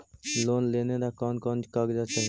Loan लेने ला कोन कोन कागजात चाही?